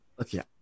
Okay